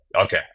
okay